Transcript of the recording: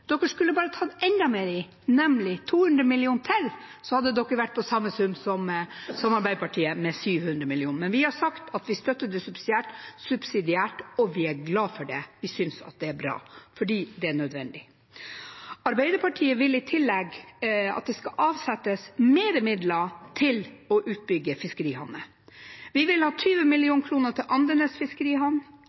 De skulle bare tatt enda mer i, nemlig 200 mill. kr til, så hadde de vært på samme sum som Arbeiderpartiet, med 700 mill. kr. Men vi har sagt at vi støtter forslaget subsidiært. Og vi er glad for det, vi synes at det er bra, fordi det er nødvendig. Arbeiderpartiet vil i tillegg at det skal avsettes mer midler til å utbygge fiskerihavner. Vi vil ha 20 mill. kr til Andenes